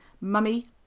mummy